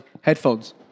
Headphones